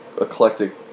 eclectic